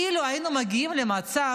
אילו היינו מגיעים למצב,